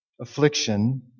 affliction